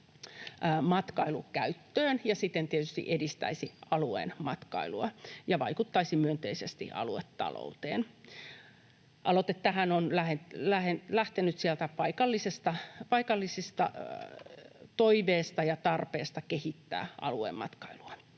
matkailukäyttöön ja siten tietysti edistäisi alueen matkailua ja vaikuttaisi myönteisesti aluetalouteen. Aloite tähän on lähtenyt sieltä paikallisesta toiveesta ja tarpeesta kehittää alueen matkailua.